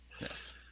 yes